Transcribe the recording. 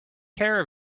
care